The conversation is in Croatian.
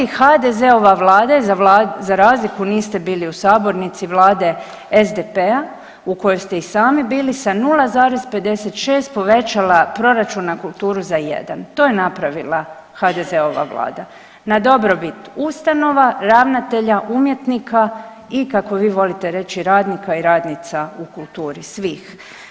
HDZ-ova vlada je za razliku, niste bili u sabornici, vlade SDP-a u kojoj ste i sami bili sa 0,56 povećala proračun na kulturu za 1. To je napravila HDZ-ova vlada, na dobrobit ustanova, ravnatelja, umjetnika i kako vi volite reći radnika i radnica u kulturi svih.